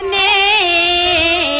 a a